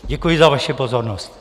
Děkuji za vaši pozornost.